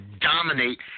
dominate